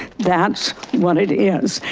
that's what it is.